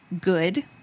good